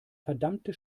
verdammte